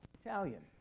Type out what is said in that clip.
Italian